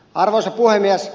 arvoisa puhemies